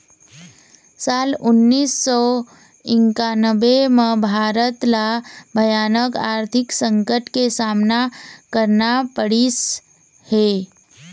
साल उन्नीस सौ इन्कानबें म भारत ल भयानक आरथिक संकट के सामना करना पड़िस हे